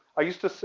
i used to sit,